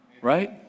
right